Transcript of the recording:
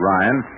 Ryan